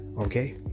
Okay